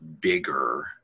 bigger